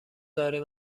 داریم